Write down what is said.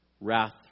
wrath